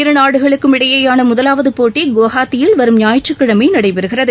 இருநாடுகளுக்கும் இடையேயானமுதவாவதுபோட்டிகுவாஹாத்தியில் வரும் ஞாயிற்றுக்கிழமைநடைபெறுகிறது